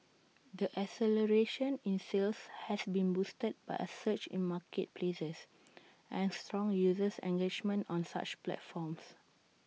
the acceleration in sales has been boosted by A surge in marketplaces and strong user engagement on such platforms